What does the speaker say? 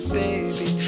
baby